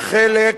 היא חלק